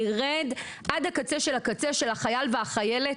נרד על לקצה של הקצה של החייל והחיילת,